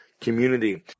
community